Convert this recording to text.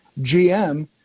GM